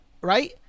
Right